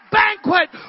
banquet